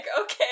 okay